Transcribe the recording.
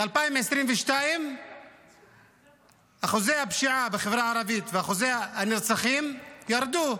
ב-2022 אחוזי הפשיעה בחברה הערבית ואחוזי הנרצחים ירדו.